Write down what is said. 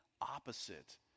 opposite